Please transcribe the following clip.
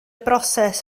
broses